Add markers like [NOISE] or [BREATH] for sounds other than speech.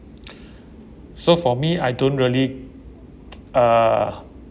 [BREATH] so for me I don't really [NOISE] uh